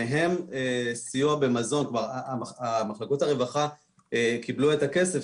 מהם סיוע במזון מחלקות הרווחה קיבלו את הכסף,